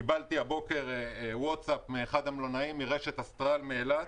קיבלתי הבוקר ווטצאפ מאחד המלונאים מרשת אסטרל באילת.